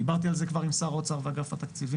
דיברתי על זה כבר עם שר האוצר ואגף התקציבים.